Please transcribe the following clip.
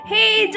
Hey